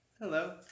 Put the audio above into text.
Hello